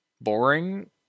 boring